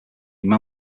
trunk